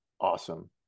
awesome